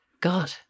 God